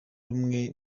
rumwe